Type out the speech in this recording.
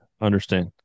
understand